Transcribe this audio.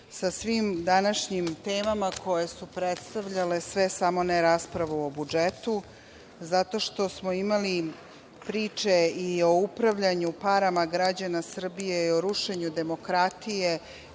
sa svim današnjim temama, koje su predstavljale sve, samo ne raspravu o budžetu, zato što smo imali priče i o upravljanju parama građana Srbije, i o rušenju demokratije,